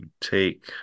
take